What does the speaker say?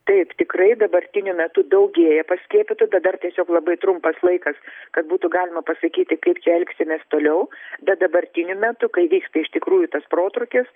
taip tikrai dabartiniu metu daugėja paskiepytų dabar tiesiog labai trumpas laikas kad būtų galima pasakyti kaip čia elgsimės toliau bet dabartiniu metu kai vyksta iš tikrųjų tas protrūkis